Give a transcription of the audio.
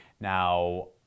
Now